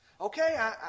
Okay